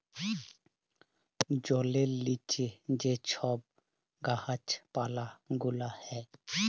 জলের লিচে যে ছব গাহাচ পালা গুলা হ্যয়